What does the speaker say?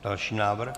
Další návrh.